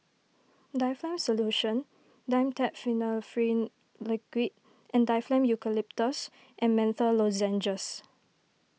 Difflam Solution Dimetapp Phenylephrine Liquid and Difflam Eucalyptus and Menthol Lozenges